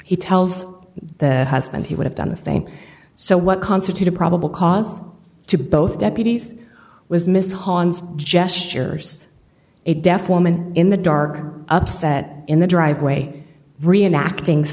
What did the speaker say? he tells the husband he would have done the same so what constitute a probable cause to both deputies was miss hons gestures a deaf woman in the dark upset in the driveway reenact